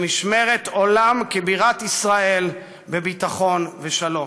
למשמרת עולם כבירת ישראל בביטחון ושלום.